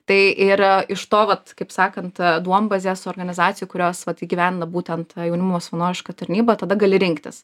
tai ir iš to vat kaip sakant duombazės organizacijų kurios vat įgyvendina būtent tą jaunimo savanorišką tarnybą tada gali rinktis